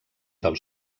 del